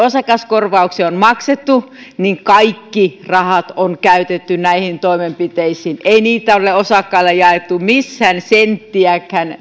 osakaskorvauksia on maksettu niin kaikki rahat on käytetty näihin toimenpiteisiin ei näistä rahoista ole osakkaille jaettu missään senttiäkään